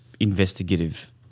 investigative